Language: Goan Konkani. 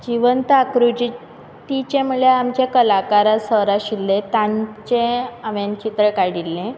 जीवंत आकृजी तिचें म्हणल्यार आमचे कलाकर सर आशिल्ले तांचे हांवें चित्र काडिल्लें